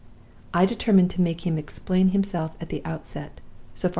i determined to make him explain himself at the outset,